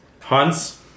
Hans